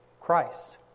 Christ